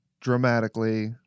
dramatically